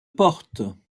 portes